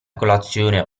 colazione